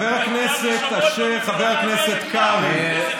ביבי, ביבי, ביבי, חבר הכנסת אשר,